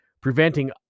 preventing